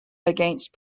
against